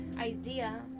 idea